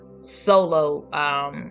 solo